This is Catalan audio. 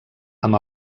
amb